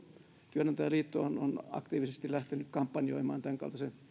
työnantajaliitto on aktiivisesti lähtenyt kampanjoimaan tämänkaltaisen